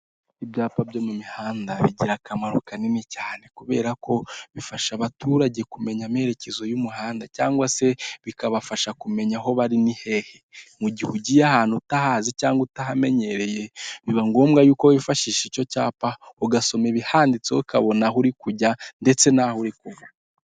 Ibyapa byo mu mihanda bigira akamaro kanini cyane, kubera ko bifasha abaturage kumenya amerekezo y'umuhanda, cyangwa se bikabafasha kumenya aho bari ni hehe. Mu gihe ugiye ahantu utahazi cyangwa utahamenyereye, biba ngombwa yuko wifashisha icyo cyapa, ugasoma ibihanditseho ukabona aho uri kujya ndetse n'aho uri kuva.